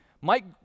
Mike